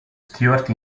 stuart